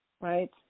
right